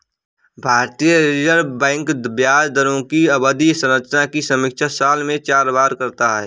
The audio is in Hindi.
भारतीय रिजर्व बैंक ब्याज दरों की अवधि संरचना की समीक्षा साल में चार बार करता है